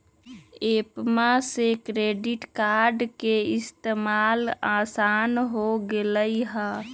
एप्पवा से credit card के इस्तेमाल असान हो गेलई ह